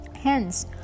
Hence